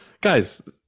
guys